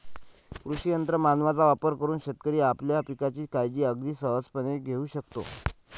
कृषी यंत्र मानवांचा वापर करून शेतकरी आपल्या पिकांची काळजी अगदी सहज घेऊ शकतो